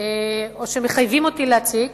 או שמחייבים אותי להציג,